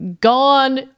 Gone